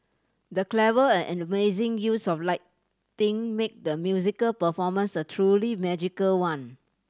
the clever and amazing use of lighting made the musical performance a truly magical one